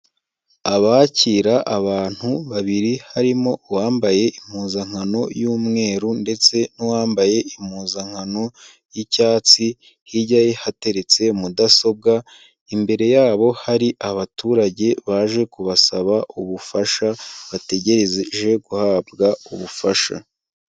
Abakira abantu babiri, harimo uwambaye impuzankano y'umweru ndetse n'uwambaye impuzankano y'icyatsi, hirya ye hateretse mudasobwa, imbere yabo hari abaturage baje kubasaba ubufasha, bategereje guhabwa ubufasha.